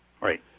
Right